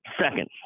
Second